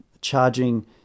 charging